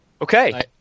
Okay